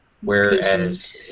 whereas